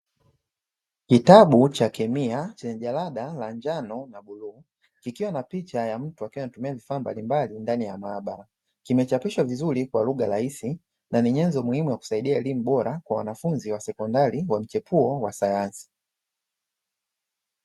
Kitabu cha kemia chenye jalada la njano na bluu, kikiwa na picha ya mtu akiwa anatumia vifaa mbalimbali ndani ya maabara. Kimechapishwa vizuri kwa lugha rahisi na ni nyenzo muhimu ya kusaidia elimu bora kwa wanafunzi wa sekondari wa mchepuo wa sayansi.